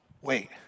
wait